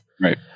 Right